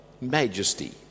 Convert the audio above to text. majesty